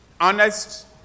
honest